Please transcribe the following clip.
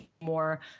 more